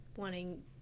wanting